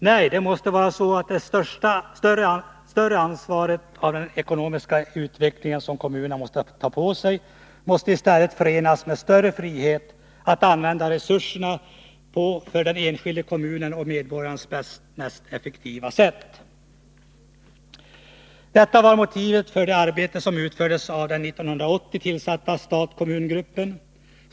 Nej, det måste vara så att det större ansvaret för den ekonomiska utvecklingen, som kommunerna måste ta på sig, i stället måste förenas med större frihet att använda resurserna för den enskilda kommunen och medborgaren. Detta var motivet för det arbete som utfördes av den 1980 tillsatta stat-kommungruppen.